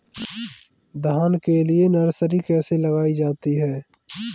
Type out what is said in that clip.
धान के लिए नर्सरी कैसे लगाई जाती है?